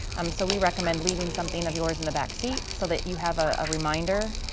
um so we recommend leaving something of yours in the back seat so that you have a reminder,